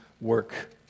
work